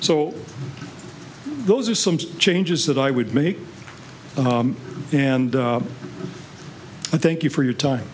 so those are some changes that i would make and i thank you for your time